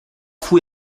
fou